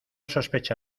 sospecha